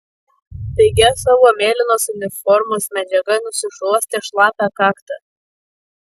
pigia savo mėlynos uniformos medžiaga nusišluostė šlapią kaktą